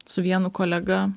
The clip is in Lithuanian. su vienu kolega